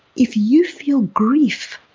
if you feel grief,